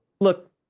Look